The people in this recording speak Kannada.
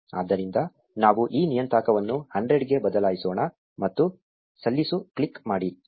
ಆದ್ದರಿಂದ ನಾವು ಈ ನಿಯತಾಂಕವನ್ನು 100 ಗೆ ಬದಲಾಯಿಸೋಣ ಮತ್ತು ಸಲ್ಲಿಸು ಕ್ಲಿಕ್ ಮಾಡಿ